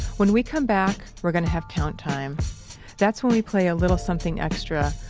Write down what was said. when we come back, we're gonna have count time that's when we play a little something extra,